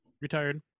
Retired